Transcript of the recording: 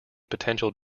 potential